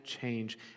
change